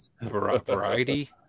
Variety